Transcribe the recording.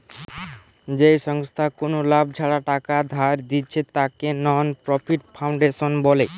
যেই সংস্থা কুনো লাভ ছাড়া টাকা ধার দিচ্ছে তাকে নন প্রফিট ফাউন্ডেশন বলে